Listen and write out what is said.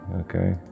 okay